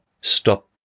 stop